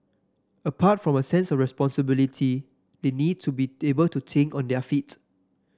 apart from a sense of responsibility they need to be able to think on their feet